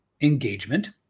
engagement